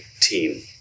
team